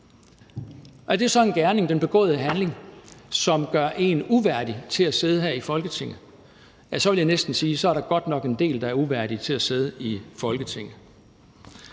2016 – er det så en handling, som gør en uværdig til at sidde her i Folketinget? Altså, så vil jeg næsten sige, at så er der godt nok en del, der er uværdige til at sidde i Folketinget.